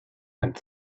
and